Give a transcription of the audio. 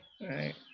right